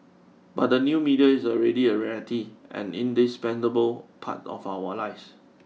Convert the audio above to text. but the new media is already a reality and indispensable part of our lives